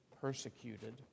persecuted